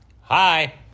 Hi